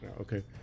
Okay